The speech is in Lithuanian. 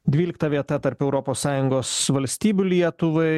dvylikta vieta tarp europos sąjungos valstybių lietuvai